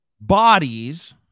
bodies